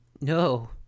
No